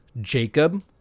Jacob